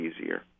easier